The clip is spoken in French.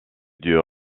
dieu